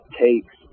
takes